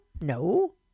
No